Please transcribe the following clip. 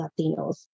Latinos